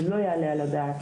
זה לא יעלה על הדעת,